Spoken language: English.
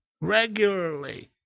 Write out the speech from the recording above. Regularly